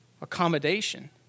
accommodation